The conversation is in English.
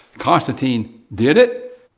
constantine did it,